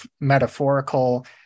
metaphorical